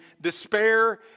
despair